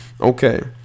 Okay